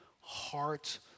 heart